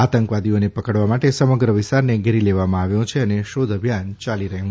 આતંકવાદીઓને પકડવા માટે સમગ્ર વિસ્તારને ઘેરી લેવામાં આવ્યો છે અને શોધ અભિયાન ચાલી રહ્યું છે